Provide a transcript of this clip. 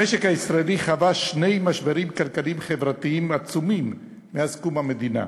המשק הישראלי חווה שני משברים כלכליים חברתיים עצומים מאז קום המדינה,